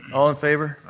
all in favor?